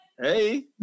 Hey